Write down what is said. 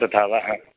तथा वा ह